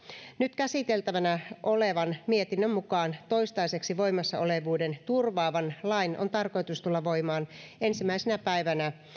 nyt käsiteltävänä olevan mietinnön mukaan toistaiseksi voimassa olevuuden turvaavan lain on tarkoitus tulla voimaan ensimmäisenä päivänä